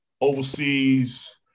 overseas